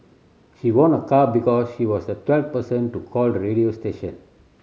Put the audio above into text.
she won a car because she was the twelfth person to call the radio station